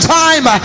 time